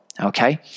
Okay